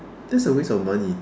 that's a waste of money